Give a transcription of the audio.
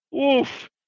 Oof